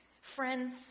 friends